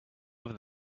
over